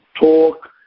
talk